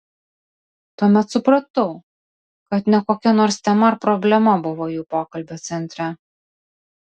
tuomet supratau kad ne kokia nors tema ar problema buvo jų pokalbio centre